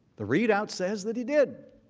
the readout says that he did.